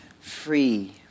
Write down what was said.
free